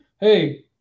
Hey